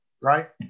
right